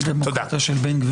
דמוקרטיה של בן גביר.